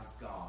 God